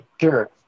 sure